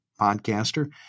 podcaster